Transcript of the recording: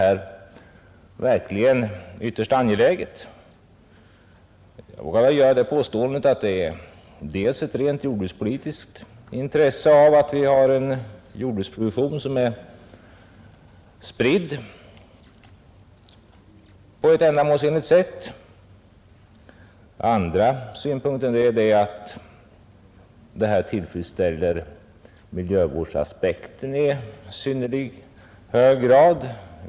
För det första vågar jag göra det påståendet att det är ett stort jordbrukspolitiskt intresse att vi har en på ändamålsenligt sätt spridd jordbruksproduktion. För det andra tillfredsställer jordbruket miljövårdsaspekterna i mycket hög grad.